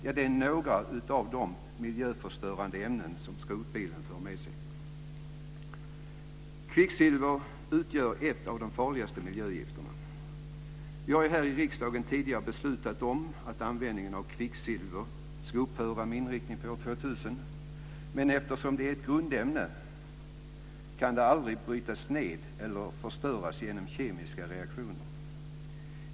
Det är bara några av de miljöförstörande ämnen som skrotbilen för med sig. Kvicksilver är ett av de farligaste miljögifterna. Här i riksdagen har vi tidigare beslutat att användning av kvicksilver ska upphöra. Beslutet har inriktning på år 2000. Men eftersom kvicksilver är ett grundämne kan det aldrig brytas ned eller förstöras genom kemiska reaktioner.